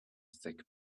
thick